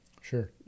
Sure